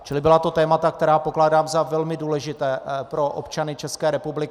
Čili byla to témata, která pokládám za velmi důležitá pro občany České republiky.